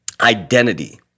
Identity